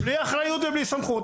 בלי אחריות ובלי סמכות.